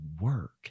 work